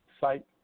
Site